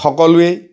সকলোৱেই